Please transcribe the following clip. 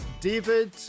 david